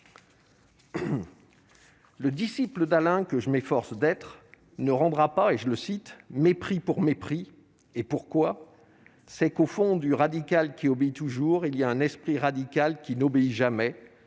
Le disciple d'Alain que je m'efforce d'être ne rendra pas et je le cite, mépris pour mépris et pourquoi c'est qu'au fond du radical qui obéit toujours il y a un esprit radical qui n'obéit jamais,